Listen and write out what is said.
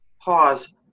pause